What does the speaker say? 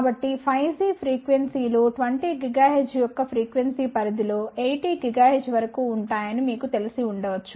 కాబట్టి 5G ఫ్రీక్వెన్సీలు 20 GHz యొక్క ఫ్రీక్వెన్సీ పరిధిలో 80 GHz వరకు ఉంటాయని మీకు తెలిసి ఉండ వచ్చు